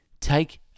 take